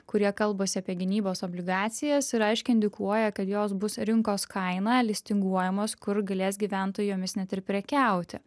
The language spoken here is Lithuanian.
kurie kalbasi apie gynybos obligacijas ir aiškiai indikuoja kad jos bus rinkos kaina listinguojamos kur galės gyventojai jomis net ir prekiauti